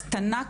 קטנה,